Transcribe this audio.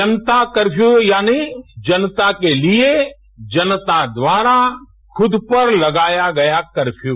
जनता curfew यानि जनता के लिये जनता द्वारा खुद पर लगाया गया कर्फयू